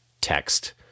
text